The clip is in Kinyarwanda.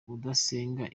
udasenga